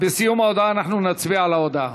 בסיום ההודעה אנחנו נצביע על ההודעה.